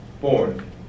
Born